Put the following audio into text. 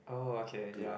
oh okay ya